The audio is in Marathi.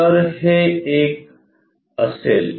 तर हे एक असेल